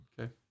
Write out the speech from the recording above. Okay